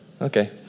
Okay